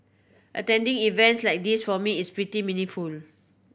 attending events like this for me is pretty meaningful